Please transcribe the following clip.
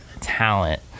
talent